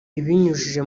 ibinyujije